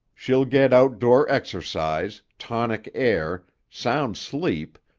she'll get outdoor exercise, tonic air, sound sleep,